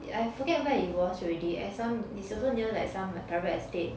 I forget where it was already at some it's also near like some private estate